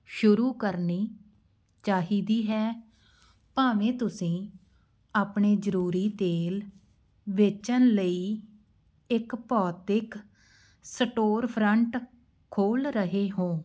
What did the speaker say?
ਸ਼ੁਰੂ ਕਰਨੀ ਚਾਹੀਦੀ ਹੈ ਭਾਵੇਂ ਤੁਸੀਂ ਆਪਣੇ ਜ਼ਰੂਰੀ ਤੇਲ ਵੇਚਣ ਲਈ ਇੱਕ ਭੌਤਿਕ ਸਟੋਰਫਰੰਟ ਖੋਲ੍ਹ ਰਹੇ ਹੋ